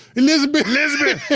elizabeth! elizabeth!